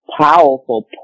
powerful